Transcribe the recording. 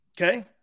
Okay